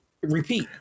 repeat